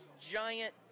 giant